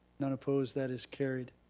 none opposed. that is carried.